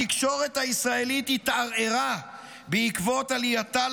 התקשורת הישראלית התערערה בעקבות עלייתה